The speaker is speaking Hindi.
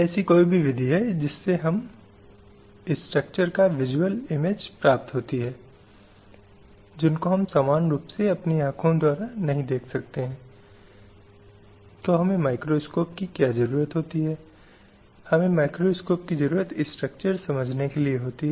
1976 से 85 की अवधि के दौरान बहुत महत्वपूर्ण सम्मेलन पारित हुए जिन्हें CEDAW के रूप में जाना जाता था कन्वेंशन महिलाओं के खिलाफ भेदभाव के पूरे रूपों को समाप्त करता है